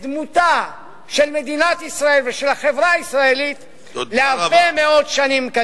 את דמותה של מדינת ישראל ושל החברה הישראלית להרבה מאוד שנים.